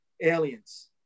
Aliens